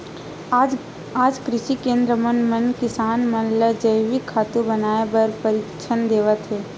आज कृषि केंद्र मन म किसान मन ल जइविक खातू बनाए बर परसिक्छन देवत हे